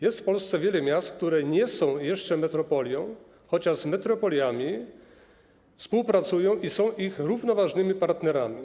Jest w Polsce wiele miast, które nie są jeszcze metropoliami, chociaż z metropoliami współpracują i są ich równoważnymi partnerami.